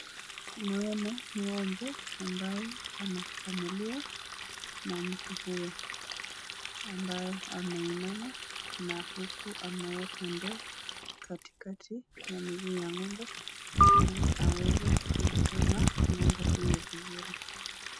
Naona ng'ombe ambaye anakamuliwa na mtu huyo ambaye ameinama na huku ameeka ndoo katikati ya miguu ya ng'ombe ili aweze kuikama ng'ombe huyo vizuri.